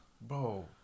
Bro